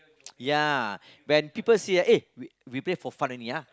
ya when people see ah eh we we play for fun only ah